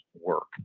work